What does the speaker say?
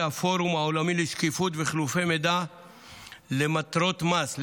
הפורום העולמי לשקיפות וחילופי מידע למטרות מס,